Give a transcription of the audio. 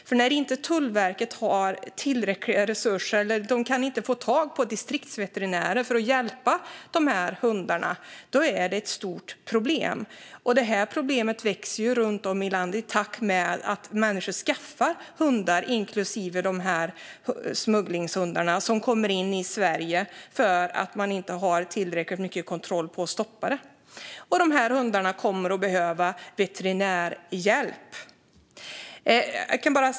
Det är ett stort problem att Tullverket inte får tag på distriktsveterinärer som kan hjälpa dessa hundar, och problemet växer i takt med att människor skaffar smuggelhundar, som kommer in i Sverige för att man inte har tillräcklig kontroll för att kunna stoppa dem. Dessa hundar kommer att behöva veterinärhjälp.